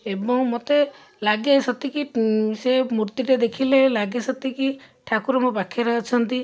ଏବଂ ମୋତେ ଲାଗେ ସତେକି ସେ ମୂର୍ତ୍ତିଟା ଦେଖିଲେ ଲାଗେ ସତେକି ଠାକୁର ମୋ ପାଖରେ ଅଛନ୍ତି